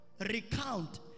recount